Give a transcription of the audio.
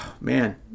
Man